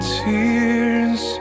tears